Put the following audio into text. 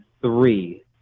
three